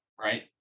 right